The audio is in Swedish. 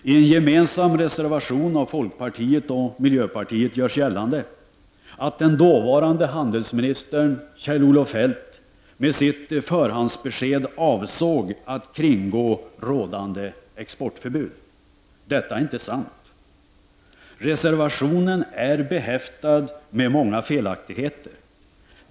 I en gemensam reservation av folkpartiet och miljöpartiet görs gällande att den dåvarande handelsministern, Kjell-Olof Feldt, med sitt förhandsbesked avsåg att kringgå rådande exportförbud. Detta är inte sant. Reservationen är behäftad med många felaktigheter.